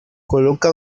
coloca